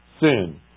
Sin